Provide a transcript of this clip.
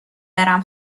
برم